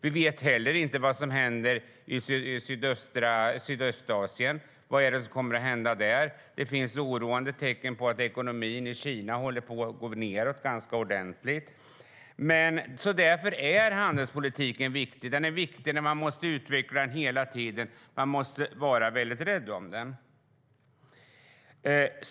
Vi vet inte vad som händer i Sydostasien. Vad kommer att hända där? Det finns oroande tecken på att ekonomin i Kina är på väg nedåt ganska ordentligt. Därför är handelspolitiken viktig. Man måste utveckla den hela tiden, och man måste vara rädd om den.